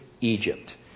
Egypt